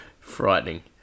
Frightening